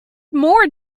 more